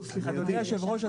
אדוני היושב-ראש,